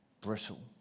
brittle